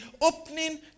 opening